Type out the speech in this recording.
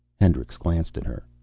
hendricks glanced at her.